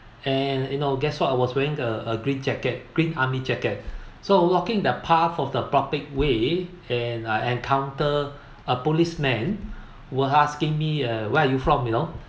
and you know guess what I was wearing a a green jacket green army jacket so walking the path of the public way and I encounter a policeman were asking me uh where are you from you know